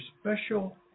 special